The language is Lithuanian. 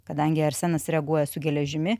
kadangi arsenas reaguoja su geležimi